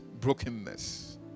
brokenness